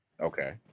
Okay